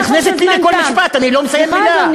את נכנסת לי לכל משפט, אני לא מסיים מילה.